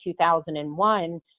2001